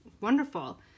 Wonderful